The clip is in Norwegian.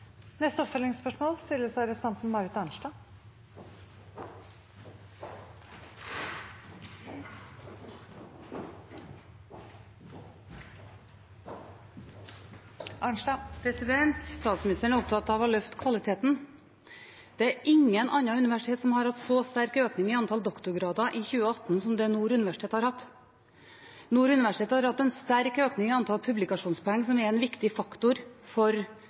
Statsministeren er opptatt av å løfte kvaliteten. Ikke noe annet universitet har hatt en så sterk økning i antall doktorgrader i 2018 som Nord universitet har hatt. Nord universitet har hatt en sterk økning i antall publikasjonspoeng, som er en viktig faktor for